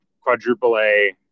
quadruple-A